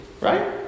Right